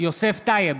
יוסף טייב,